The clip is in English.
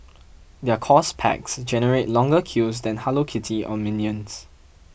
their course packs generate longer queues than Hello Kitty or minions